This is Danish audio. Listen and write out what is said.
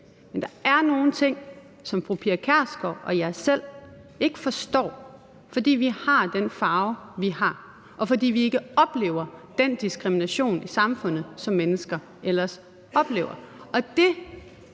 Men der er nogle ting, som fru Pia Kjærsgaard og jeg selv ikke forstår, fordi vi har den farve, vi har, og fordi vi ikke oplever den diskrimination i samfundet, som mennesker ellers oplever,